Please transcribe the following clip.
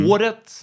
Året